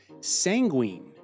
sanguine